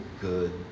good